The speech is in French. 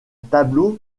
tableau